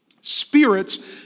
spirits